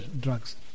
drugs